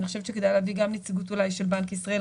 אני חושבת שכדאי להביא גם נציגות אולי של בנק ישראל.